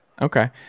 Okay